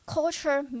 Culture